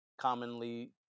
commonly